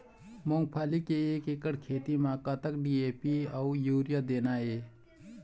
मूंगफली के एक एकड़ खेती म कतक डी.ए.पी अउ यूरिया देना ये?